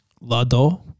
Lado